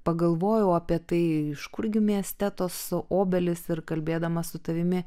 pagalvojau apie tai iš kur gi mieste tos obelys ir kalbėdamas su tavimi